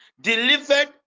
delivered